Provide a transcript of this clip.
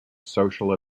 social